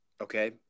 okay